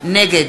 נגד